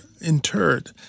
interred